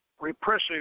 repressive